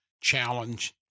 challenge